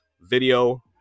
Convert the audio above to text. video